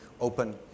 open